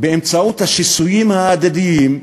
באמצעות השיסויים ההדדיים,